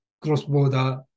cross-border